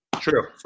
True